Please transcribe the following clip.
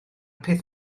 peth